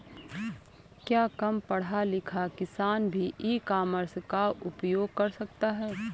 क्या कम पढ़ा लिखा किसान भी ई कॉमर्स का उपयोग कर सकता है?